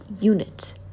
unit